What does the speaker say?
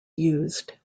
used